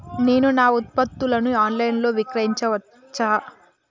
నేను నా ఉత్పత్తులను ఆన్ లైన్ లో విక్రయించచ్చా?